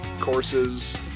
courses